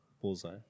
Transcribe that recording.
bullseye